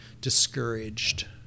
discouraged